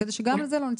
כדי שגם את זה לא נצטרך.